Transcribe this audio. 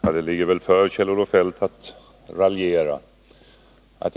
Herr talman! Det ligger för Kjell-Olof Feldt att raljera.